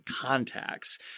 contacts